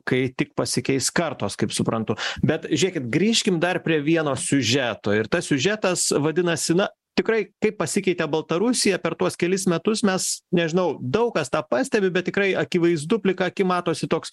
kai tik pasikeis kartos kaip suprantu bet žiūrėkit grįžkim dar prie vieno siužeto ir tas siužetas vadinasi na tikrai kaip pasikeitė baltarusija per tuos kelis metus mes nežinau daug kas tą pastebi bet tikrai akivaizdu plika akim matosi toks